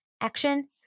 action